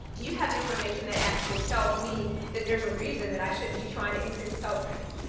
do you have information that actually tells me that there's a reason that i shouldn't be trying to increase pell grants?